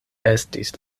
estis